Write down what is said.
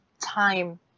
time